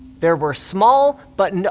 there were small, but no